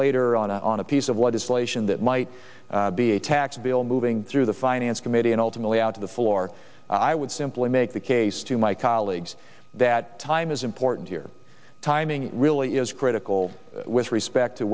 later on on a piece of legislation that might be a tax bill moving through the finance committee and ultimately out to the floor i would simply make the case to my colleagues that time is important here timing really is critical with respect to